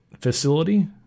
facility